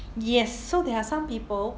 yes so there are some people